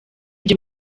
ibyo